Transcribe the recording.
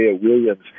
Williams